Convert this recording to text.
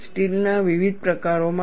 સ્ટીલના વિવિધ પ્રકારઓ માટે